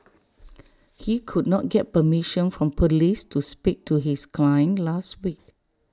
he could not get permission from Police to speak to his client last week